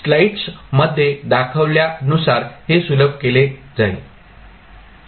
स्लाइड्समध्ये दाखवल्यानुसार हे सुलभ केले जाईल